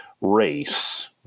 race